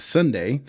Sunday